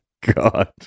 God